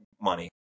money